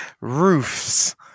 roofs